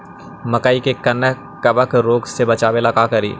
मकई के कबक रोग से बचाबे ला का करि?